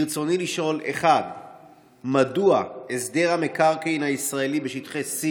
רצוני לשאול: 1. מדוע הסדר המקרקעין הישראלי בשטחי C